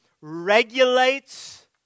regulates